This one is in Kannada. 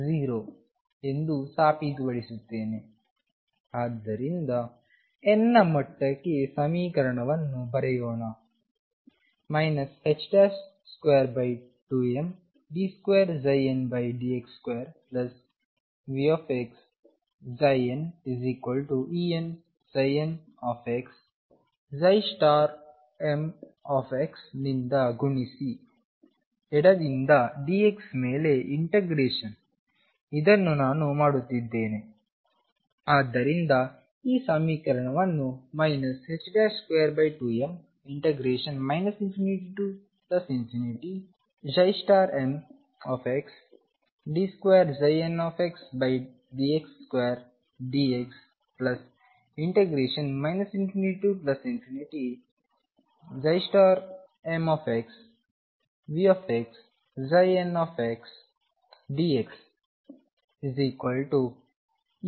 ಆದ್ದರಿಂದ n ನ ಮಟ್ಟಕ್ಕೆ ಸಮೀಕರಣವನ್ನು ಬರೆಯೋಣ 22md2ndx2VxnEnn mನಿಂದ ಗುಣಿಸಿ ಎಡದಿಂದ dx ಮೇಲೆ ಇಂಟಗ್ರೇಶನ್ ಇದನ್ನು ನಾನು ಮಾಡುತ್ತಿದ್ದೇನೆ